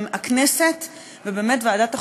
הכנסת, ובאמת ועדת החוקה,